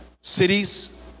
cities